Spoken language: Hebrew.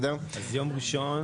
ביום ראשון